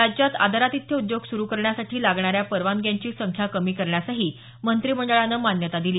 राज्यात आदरातिथ्य उद्योग सुरू करण्यासाठी लागणाऱ्या परवानग्यांची संख्या कमी करण्यासही मंत्रिमंडळानं मान्यता दिली